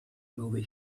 movie